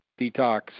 detox